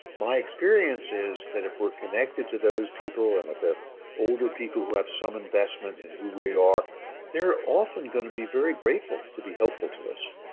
my experience is that if we're connected to those people and if they're older people who some investment in who we are they're often going to be very grateful to be helpful to us